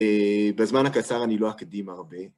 בזמן הקצר אני לא אקדים הרבה.